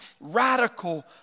radical